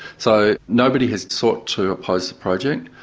so nobody has sought to oppose the project,